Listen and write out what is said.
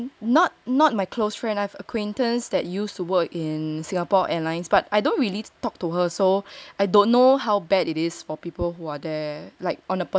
um not not my close friend I've acquaintance that used to work in Singapore airlines but I don't really talk to her so I don't know how bad it is for people who are there like on a personal level ya only from the news and all that